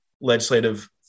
legislative